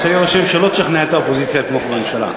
עושה לי רושם שלא תשכנע את האופוזיציה לתמוך בממשלה,